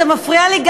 אתה מפריע לי,